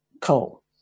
Coal